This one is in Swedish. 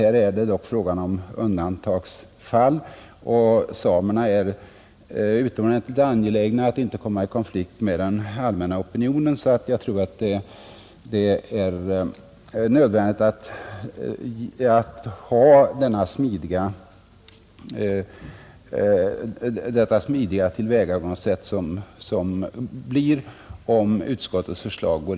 Här är det dock fråga om undantagsfall, och samerna är utomordentligt angelägna att inte komma i konflikt med den allmänna opinionen, Jag tror att det är nödvändigt med det smidiga tillvägagångssätt som innefattas i utskottets förslag.